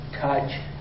touch